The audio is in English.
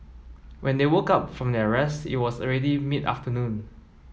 when they woke up from their rest it was already mid afternoon